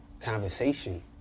conversation